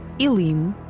ilim,